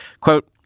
Quote